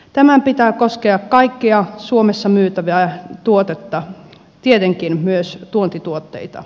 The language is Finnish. tämän pitää koskea kaikkia suomessa myytäviä tuotteita tietenkin myös tuontituotteita